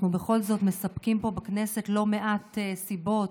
אנחנו בכל זאת מספקים פה בכנסת לא מעט סיבות